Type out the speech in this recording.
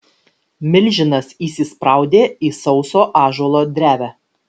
milžinas įsispraudė į sauso ąžuolo drevę